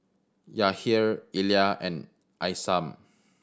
Yahir Elia and Isam